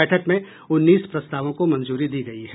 बैठक में उन्नीस प्रस्तावों को मंजूरी दी गयी है